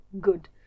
good